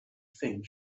think